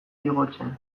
igotzen